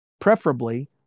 preferably